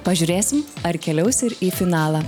pažiūrėsim ar keliaus ir į finalą